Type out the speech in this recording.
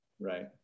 Right